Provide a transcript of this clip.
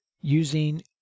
using